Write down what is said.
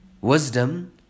wisdom